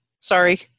Sorry